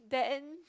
then